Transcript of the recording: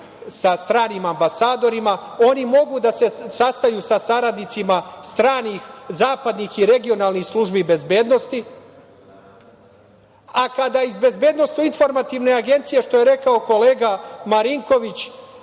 sa stranim ambasadorima, oni mogu da se sastaju sa saradnicima stranih, zapadnih i regionalnih službi bezbednosti. A kada iz BIA, što je rekao kolega Marinković,